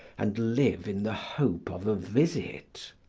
and live in the hope of a visit.